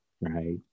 right